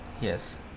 Yes